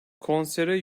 konsere